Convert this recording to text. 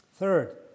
Third